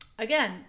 Again